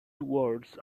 towards